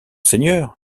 seigneur